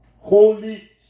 holy